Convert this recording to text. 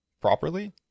properly